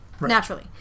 naturally